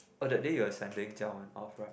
oh that day you were sending Jiawen off right